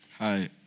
Hi